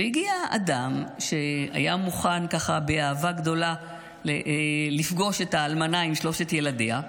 והגיע אדם שהיה מוכן ככה באהבה גדולה לפגוש את האלמנה עם שלושת ילדיה.